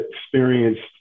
experienced